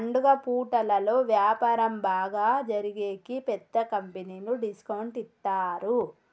పండుగ పూటలలో వ్యాపారం బాగా జరిగేకి పెద్ద కంపెనీలు డిస్కౌంట్ ఇత్తారు